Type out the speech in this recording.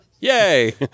Yay